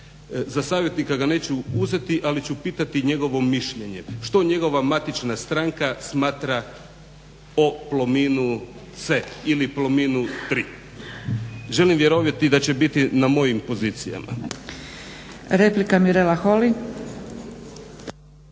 Za savjetnika ga neću uzeti ali ću pitati njegovo mišljenje, što njegova matična stranka smatra o Plominu C ili Plominu 3. Želim vjerovati da će biti na mojim pozicijama. **Zgrebec,